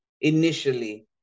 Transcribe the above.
initially